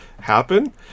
happen